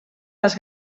les